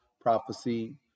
Prophecy